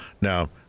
Now